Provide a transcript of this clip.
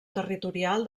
territorial